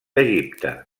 egipte